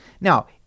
Now